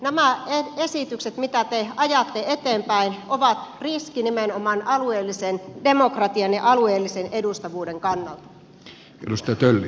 nämä esitykset mitä te ajatte eteenpäin ovat riski nimenomaan alueellisen demokratian ja alueellisen edustavuuden kannalta